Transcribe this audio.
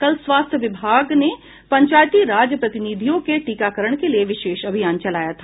कल स्वास्थ्य विभाग ने पंचायती राज प्रतिनिधियों के टीकाकरण के लिए विशेष अभियान चलाया था